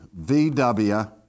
VW